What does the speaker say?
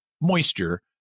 moisture